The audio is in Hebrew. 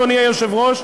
אדוני היושב-ראש,